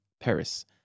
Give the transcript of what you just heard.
Paris